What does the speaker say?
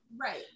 Right